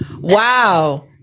wow